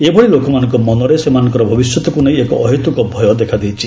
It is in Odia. ଏଭଳି ଲୋକମାନଙ୍କ ମନରେ ସେମାନଙ୍କର ଭବିଷ୍ୟତକୁ ନେଇ ଏକ ଅହେତୁକ ଭୟ ଦେଖାଦେଇଛି